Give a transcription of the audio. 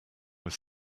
were